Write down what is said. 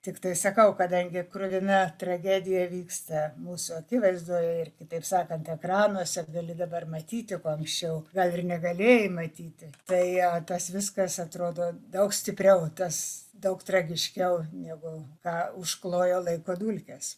tiktai sakau kadangi kruvina tragedija vyksta mūsų akivaizdoje ir kitaip sakant ekranuose gali dabar matyti anksčiau gal ir negalėjai matyti tai tas viskas atrodo daug stipriau tas daug tragiškiau negu ką užklojo laiko dulkės